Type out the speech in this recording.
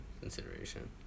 consideration